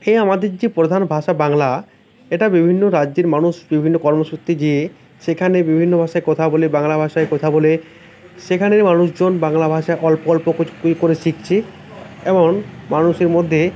এই আমাদের যে প্রধান ভাষা বাংলা এটা বিভিন্ন রাজ্যের মানুষ বিভিন্ন কর্মসূত্রে যেয়ে সেখানে বিভিন্ন ভাষায় কথা বলে বাংলা ভাষায় কথা বলে সেখানের মানুষজন বাংলা ভাষায় অল্প অল্প ক করে শিখছে এমন মানুষের মধ্যে